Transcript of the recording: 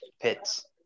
Pits